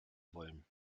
wollen